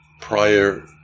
prior